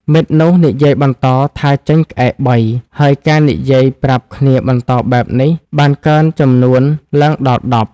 មិត្តនោះនិយាយបន្តថាចេញក្អែកបី ហើយការនិយាយប្រាប់គ្នាបន្តបែបនេះ បានកើនចំនួនឡើងដល់ដប់ ។